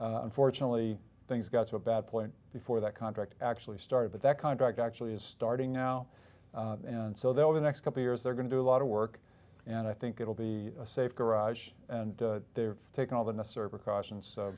contract unfortunately things got so bad point before that contract actually started but that contract actually is starting now and so that over the next couple years they're going to do a lot of work and i think it will be a safe garage and they're taking all the necessary precautions so